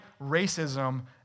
racism